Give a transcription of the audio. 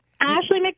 Ashley